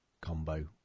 combo